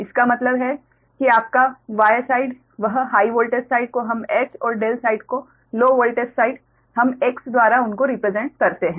इसका मतलब है कि आपका Y साइड वह हाइ वोल्टेज साइड को हम H और ∆ साइड लो वोल्टेज साइड हम X द्वारा उनको रिप्रेसेंट करते हैं